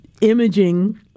imaging